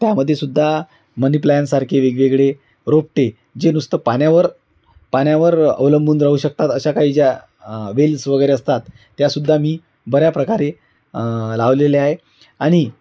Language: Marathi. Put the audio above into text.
त्यामध्ये सुुद्धा मनीप्लॅनसारखे वेगवेगळे रोपटे जे नुसतं पाण्यावर पाण्यावर अवलंबून राहू शकतात अशा काही ज्या वेल्स वगैरे असतात त्यासुद्धा मी बऱ्या प्रकारे लावलेले आहे आणि